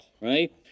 right